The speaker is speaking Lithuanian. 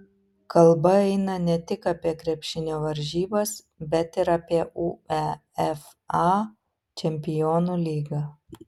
kalba eina ne tik apie krepšinio varžybas bet ir apie uefa čempionų lygą